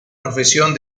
profesión